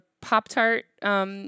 Pop-Tart